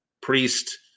Priest